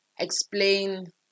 Explain